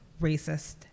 racist